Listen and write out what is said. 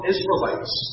Israelites